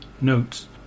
notes